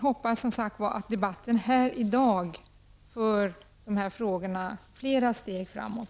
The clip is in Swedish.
Jag hoppas att debatten här i dag för de här frågorna flera steg framåt.